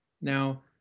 now